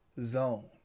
Zone